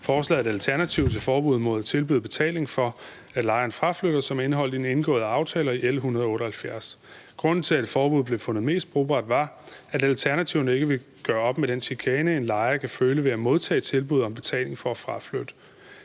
forslaget er et alternativ til forbuddet mod at tilbyde betaling for, at lejeren fraflytter. Forbud mod dette er indeholdt i den indgåede aftale og i L 178, og grunden til, at et forbud blev fundet mest brugbart, var, at alternativerne ikke ville gøre op med den chikane, en lejer kan føle ved at modtage tilbud om betaling for at fraflytte.